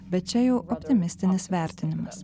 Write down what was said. bet čia jau optimistinis vertinimas